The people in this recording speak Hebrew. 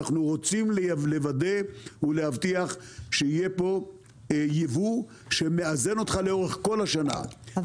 אנחנו רוצים לוודא ולהבטיח שיהיה פה ייבוא שמאזן אותך לאורך כל השנה,